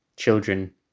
children